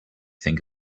think